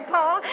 Paul